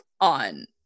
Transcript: on